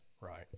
Right